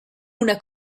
una